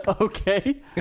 Okay